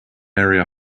area